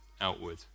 outward